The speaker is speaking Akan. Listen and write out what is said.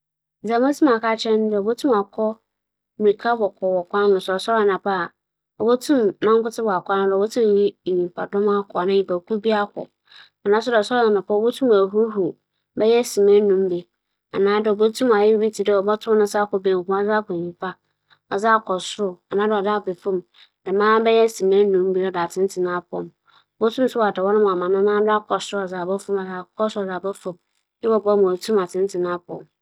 Sɛ me nyɛnko bi rohwehwɛ dɛ no ho bɛyɛ dzen a, afotu a medze bɛma no afa mbrɛ obesi w'atsentsen n'apͻw mu nye dɛ, ͻsoɛr anapa a, obotum w'abͻ ahoma kakra bɛyɛ sema eduasa. Ofi hͻ so a, obotum w'akotow asoɛr akotow asoɛr na ofi hͻ a sɛ kwansin kor na obotum anantsew anaa w'etu mbirika akͻ aba a, ͻnyɛ no dɛm pɛpɛɛpɛ na dɛm yɛ no, no ho bɛyɛ dzen papaapa.